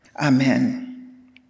Amen